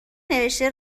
نوشته